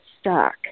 stuck